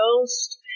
Ghost